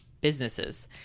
businesses